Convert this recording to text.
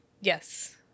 Yes